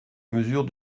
mesure